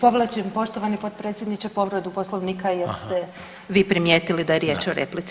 Povlačim poštovani potpredsjedniče povredu Poslovnika jer ste vi primijetili da je riječ o replici.